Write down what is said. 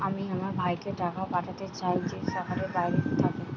আমি আমার ভাইকে টাকা পাঠাতে চাই যে শহরের বাইরে থাকে